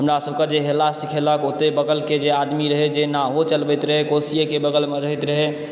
हमरा सभक जे हेलऽ सिखेलक ओतए बगलके जे आदमी रहय जे नाओ चलबैत रहय कोसीएकऽ बगलमऽ रहैत रहय